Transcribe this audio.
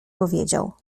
powiedział